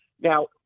Now